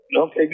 Okay